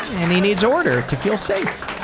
and he needs order to feel safe!